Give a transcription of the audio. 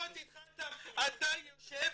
אתה יושב.